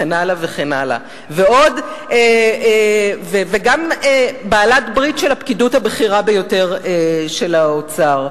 מצאתי את עצמי בעלת-ברית של הפקידות הבכירה ביותר של האוצר,